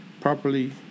Properly